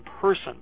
person